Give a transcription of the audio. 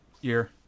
year